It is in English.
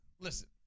Listen